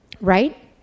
Right